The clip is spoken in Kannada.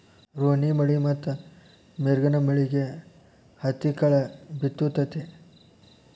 ರೋಣಿಮಳಿ ಮತ್ತ ಮಿರ್ಗನಮಳಿಗೆ ಹತ್ತಿಕಾಳ ಬಿತ್ತು ತತಿ